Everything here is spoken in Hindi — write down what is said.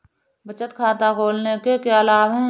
बचत खाता खोलने के क्या लाभ हैं?